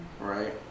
right